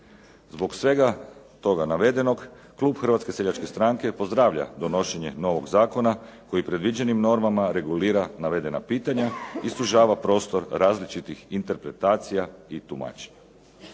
Zbog svega toga navedenog klub Hrvatske seljačke stranke pozdravlja donošenje novog zakona koji predviđenim normama regulira navedena pitanja i sužava prostor različitih interpretacija i tumačenja.